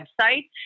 website